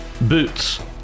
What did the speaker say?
Boots